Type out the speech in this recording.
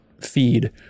feed